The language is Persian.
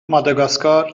ماداگاسکار